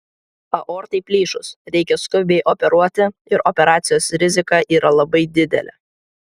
aortai plyšus reikia skubiai operuoti ir operacijos rizika yra labai didelė